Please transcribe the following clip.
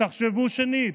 תחשבו שנית,